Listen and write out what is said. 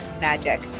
magic